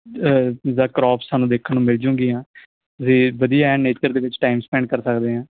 ਜਿੱਦਾਂ ਕਰੋਪਸ ਸਾਨੂੰ ਦੇਖਣ ਨੂੰ ਮਿਲ ਜੂਗੀਆਂ ਵੀ ਵਧੀਆ ਐਨ ਨੇਚਰ ਦੇ ਵਿੱਚ ਟਾਈਮ ਸਪੈਂਡ ਕਰ ਸਕਦੇ ਆਂ